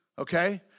okay